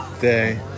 Day